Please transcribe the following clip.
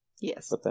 Yes